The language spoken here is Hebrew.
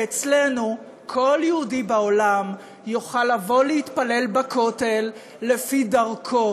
ואצלנו כל יהודי בעולם יוכל לבוא להתפלל בכותל לפי דרכו,